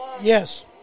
Yes